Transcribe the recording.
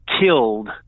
killed